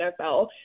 NFL